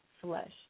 flesh